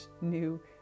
new